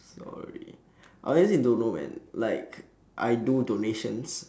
sorry I honestly don't know man like I do donations